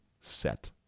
set